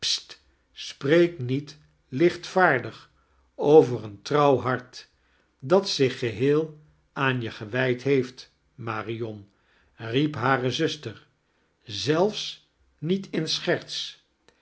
spreek niet lichtvaardig over een trouw hart dat zich geheel aan je gewijd heeft marion riep hare zuster zelfs niet in scherts